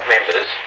Members